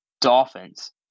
Dolphins